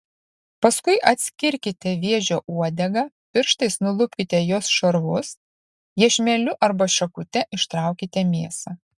paskui atskirkite vėžio uodegą pirštais nulupkite jos šarvus iešmeliu arba šakute ištraukite mėsą